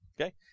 Okay